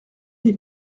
des